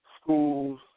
schools